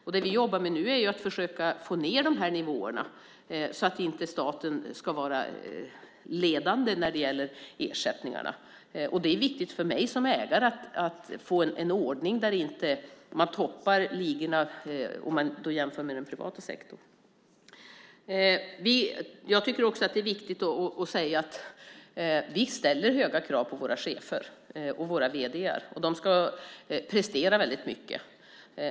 Det som vi jobbar med nu är att försöka få ned dessa nivåer, så att staten inte ska vara ledande när det gäller ersättningarna. Det är viktigt för mig som ägare att få en ordning där man inte toppar ligan jämfört med den privata sektorn. Jag tycker också att det är viktigt att säga att vi ställer höga krav på våra chefer och våra vd:ar. De ska prestera väldigt mycket.